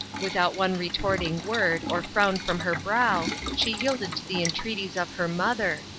without one retorting word, or frown from her brow, she yielded to the entreaties of her mother,